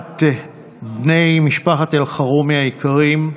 בני משפחת אלחרומי היקרים,